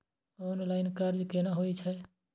Online कर्ज केना होई छै?